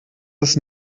das